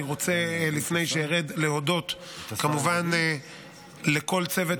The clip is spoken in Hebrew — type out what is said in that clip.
אני רוצה לפני שארד להודות כמובן לכל צוות